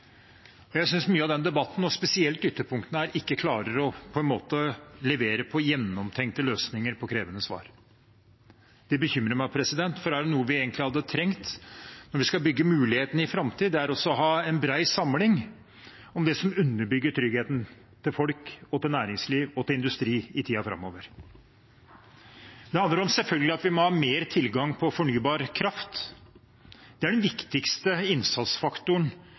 spørsmål. Jeg syns mye av denne debatten, og spesielt ytterpunktene her, ikke klarer å levere gjennomtenkte løsninger på krevende spørsmål. Det bekymrer meg, for er det noe vi egentlig hadde trengt når vi skal bygge mulighetene i framtiden, er det å ha en bred samling om det som underbygger tryggheten til folk, næringsliv og industri i tiden framover. Det handler selvfølgelig om at vi må ha mer tilgang på fornybar kraft. Det er den viktigste innsatsfaktoren